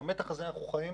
במתח הזה אנחנו חיים.